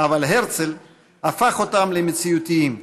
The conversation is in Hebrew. אבל הרצל הפך אותם למציאותיים,